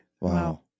Wow